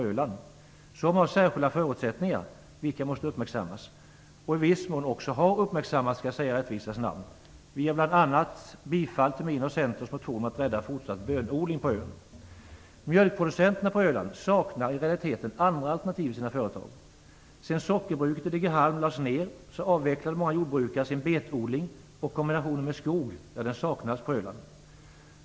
Öland har särskilda förutsättningar som måste uppmärksammas, och viss mån också har uppmärksammats skall jag säga i rättvisans namn. Vi tillstyrker bl.a. min och Centerns motion om att rädda fortsatt bönodling på ön. Mjölkproducenterna på Öland saknar i realiteten andra alternativ i sina företaget. Sedan sockerbruket i Degerhamn lades ner har många jordbrukare avvecklat sin betodling, och kombinationen med skog saknas på Öland.